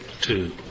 two